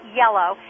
yellow